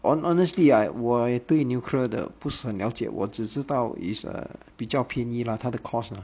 hon~ honestly I 我对 nuclear 的不是很了解我只知道 it's err 比较便宜 lah 它的 cost lah